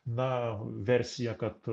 na versija kad